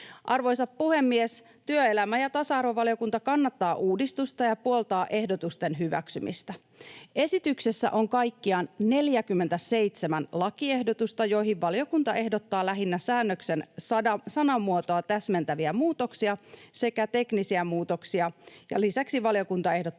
Arvoisa puhemies! Työelämä- ja tasa-arvovaliokunta kannattaa uudistusta ja puoltaa ehdotusten hyväksymistä. Esityksessä on kaikkiaan 47 lakiehdotusta, joihin valiokunta ehdottaa lähinnä säännöksen sanamuotoa täsmentäviä muutoksia sekä teknisiä muutoksia, ja lisäksi valiokunta ehdottaa